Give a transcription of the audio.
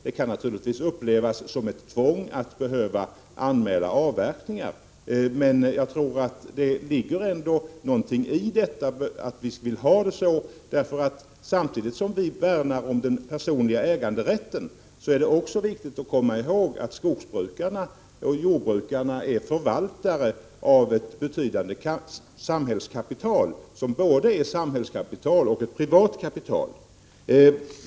Det kan naturligtvis upplevas som ett tvång att behöva anmäla avverkningar, men det ligger ändå någonting i det faktum att vi vill ha det på detta sätt. Samtidigt som vi värnar om den personliga äganderätten är det viktigt att komma ihåg att skogsoch jordbrukarna är förvaltare av ett betydande kapital, som är både ett samhällskapital och ett privat kapital.